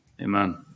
Amen